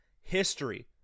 history